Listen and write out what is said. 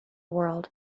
world